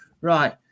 right